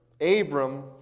Abram